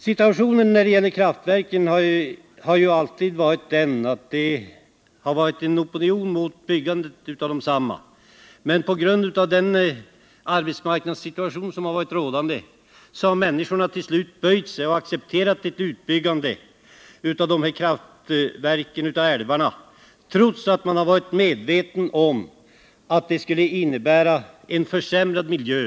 Situationen när det gäller kraftverken har alltid varit den att det har varit en opinion mot byggandet av dem — men på grund av den arbetsmarknadssituation som varit rådande har människorna till slut böjt sig och accepterat en utbyggnad av älvarna trots att de varit medvetna om att det skulle innebära en i mycket hög grad försämrad miljö.